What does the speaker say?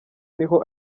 niho